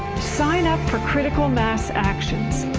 sign up for critical mass action!